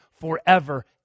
forever